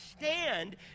stand